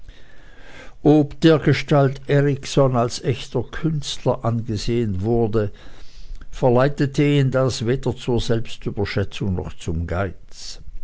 dergestalt erikson als echter künstler angesehen wurde verleitete ihn das weder zur selbstüberschätzung noch zum geiz